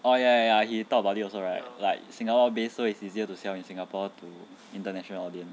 oh ya ya he talk about it also right like singapore based so it's easier to sell in singapore to international audience